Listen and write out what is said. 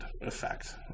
effect